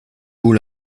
vous